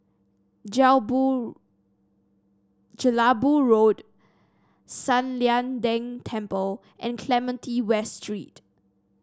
Jelebu Road San Lian Deng Temple and Clementi West Street